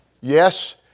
Yes